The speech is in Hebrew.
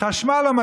אמרתו לו: